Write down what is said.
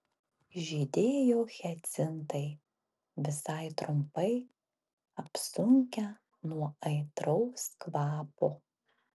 žydėjo hiacintai visai trumpai apsunkę nuo aitraus kvapo